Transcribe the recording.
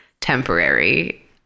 temporary